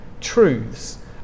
truths